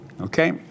Okay